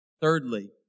thirdly